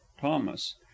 thomas